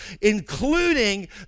including